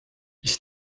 ich